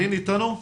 אלין איתנו?